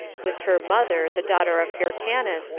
with her mother, the daughter of hyrcanus,